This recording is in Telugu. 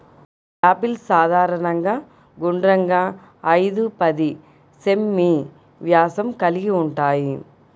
యాపిల్స్ సాధారణంగా గుండ్రంగా, ఐదు పది సెం.మీ వ్యాసం కలిగి ఉంటాయి